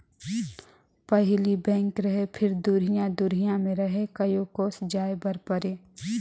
पहिली बेंक रहें फिर दुरिहा दुरिहा मे रहे कयो कोस जाय बर परे